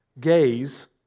Gaze